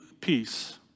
peace